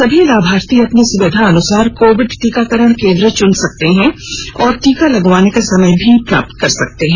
सभी लाभार्थी अपनी सुविधा अनुसार कोविड टीकाकरण केन्द्र चुन सकते हैं और टीका लगवाने का समय प्राप्त कर सकते हैं